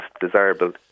desirable